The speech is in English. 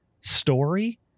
story